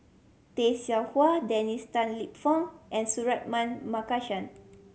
Tay Seow Huah Dennis Tan Lip Fong and Suratman Markasan